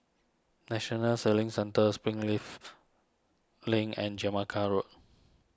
National Sailing Centre Springleaf Link and Jamaica Road